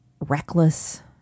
reckless